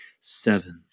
seven